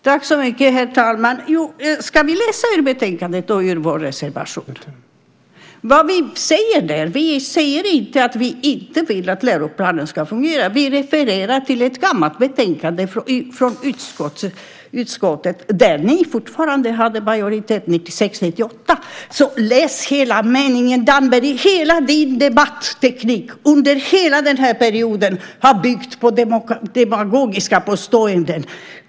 Herr talman! Ska vi läsa ur betänkandet och ur vår reservation? Vi säger inte att vi inte vill att läroplanen ska fungera. Vi refererar till ett gammalt betänkande från utskottet där ni fortfarande hade majoritet, 1996-1998. Läs hela meningen, Damberg! Hela din debatteknik under hela den här perioden har byggt på demagogiska påståenden.